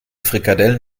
frikadellen